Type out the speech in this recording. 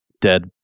dead